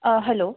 hello